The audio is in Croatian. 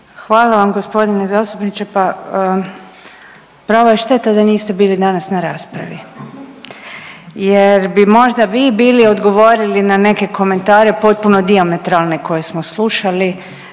Hvala vam g. zastupniče, pa prava je šteta da niste bili danas na raspravi jer bi možda vi bili odgovorili na neke komentare potpuno dijametralne koje smo slušali